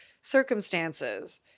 circumstances